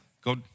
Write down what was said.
go